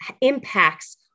impacts